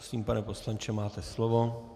Prosím, pane poslanče, máte slovo.